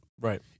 Right